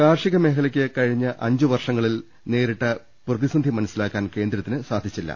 കാർഷികച്ചമേഖലയ്ക്ക് കഴിഞ്ഞ അഞ്ചുവർഷങ്ങളിൽ നേരിട്ട പ്രതിസന്ധി മനസ്സിലാക്കാൻ കേന്ദ്ര ത്തിന് സാധിച്ചില്ല